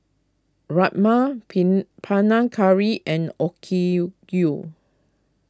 Rajma Pin Panang Curry and Okayu Yu